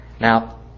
Now